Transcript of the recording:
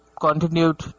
continued